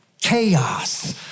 chaos